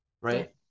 Right